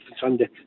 Sunday